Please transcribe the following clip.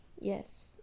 Yes